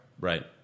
Right